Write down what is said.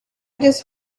just